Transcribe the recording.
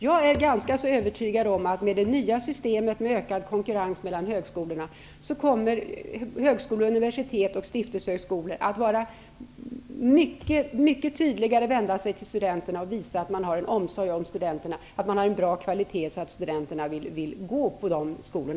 Jag är ganska övertygad om att med det nya systemet med ökad konkurrens mellan högskolorna kommer högskolor, universitet och stiftelsehögskolor att mycket tydligare vända sig till studenterna och visa att man har en omsorg om dem och att man har en bra kvalitet, så att studenterna vill gå på dessa skolor.